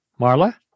Marla